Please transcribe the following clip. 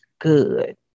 Good